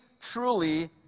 truly